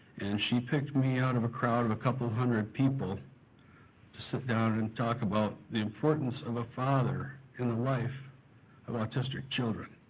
she picked me out of a crowd of a couple hundred people to sit down and talk about the importance of a father in the life of autistic children.